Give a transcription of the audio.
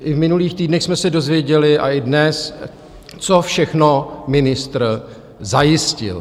I v minulých týdnech jsme se dozvěděli, a i dnes, co všechno ministr zajistil.